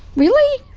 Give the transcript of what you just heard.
really?